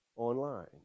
online